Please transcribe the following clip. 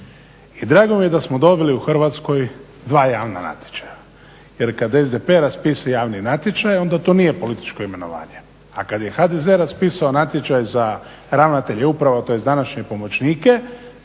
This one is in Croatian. I drago mi je da smo dobili u Hrvatskoj dva javna natječaja. Jer kad SDP raspisuje javni natječaj onda to nije političko imenovanje, a kad je HDZ raspisao natječaj za ravnatelje uprava tj. današnje pomoćnike